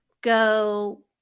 go